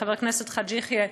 חבר הכנסת חאג' יחיא,